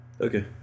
Okay